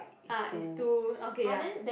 ah is to okay ya